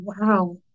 wow